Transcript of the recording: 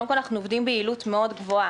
קודם כול, אנחנו עובדים ביעילות גדולה מאוד.